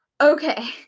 Okay